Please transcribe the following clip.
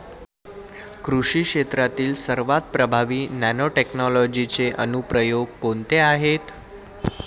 कृषी क्षेत्रातील सर्वात प्रभावी नॅनोटेक्नॉलॉजीचे अनुप्रयोग कोणते आहेत?